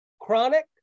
chronic